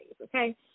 okay